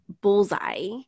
bullseye